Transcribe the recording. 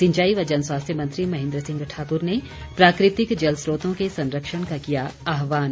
सिंचाई व जन स्वास्थ्य मंत्री महेन्द्र सिंह ठाकुर ने प्राकृतिक जलस्रोतों के संरक्षण का किया आह्वान